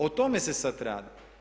O tome se sad radi.